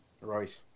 Right